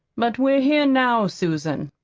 but we're here now, susan.